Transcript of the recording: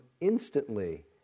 instantly